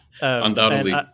Undoubtedly